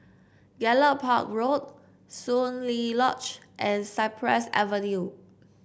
Gallop Park Road Soon Lee Lodge and Cypress Avenue